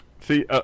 See